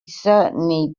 certainly